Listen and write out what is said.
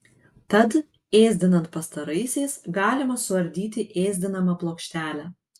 tad ėsdinant pastaraisiais galima suardyti ėsdinamą plokštelę